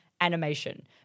animation